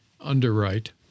underwrite